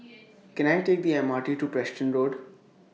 Can I Take The M R T to Preston Road